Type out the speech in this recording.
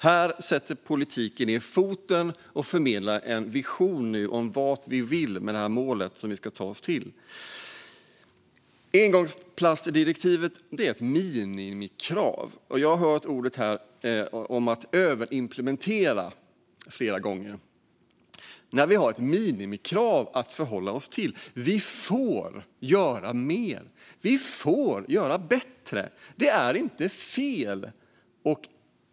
Här sätter politiken ned foten och förmedlar nu en vision om vart vi vill med målet som vi ska ta oss till. Engångsplastdirektivet är ett minimikrav. Jag har här flera gånger hört ordet överimplementera. Vi har ett minimikrav att förhålla oss till. Vi får göra mer. Vi får göra bättre. Det är inte fel.